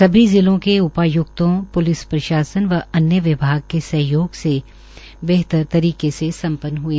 सभी जिलों के उपाय्क्तों प्लिस प्रशासन व अन्य विभाग के सहयोग से बेहतर तरीके से सम्पन्न हए